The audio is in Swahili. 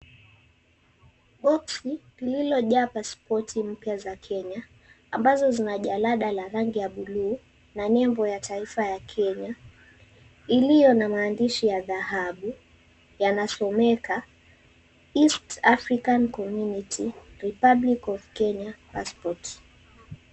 Boksi lililojaa pasipoti mpya za Kenya ambazo zina jalada la rangi ya buluu na nembo ya taifa ya Kenya ilio na maandishi ya dhahabu yanasomeka EAST AFRICAN COMMUNITY REPUBLIC OF KENYA PASSPORT.